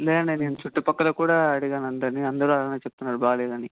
లేదండి నేను చుట్టూ పక్కల కూడా అడిగాను అందరినీ అందరూ అలానే చెప్తున్నారు బాగోలేదని